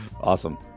awesome